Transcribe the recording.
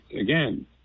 again